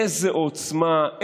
איזו עוצמה,